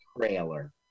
trailer